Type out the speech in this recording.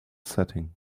setting